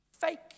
Fake